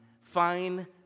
fine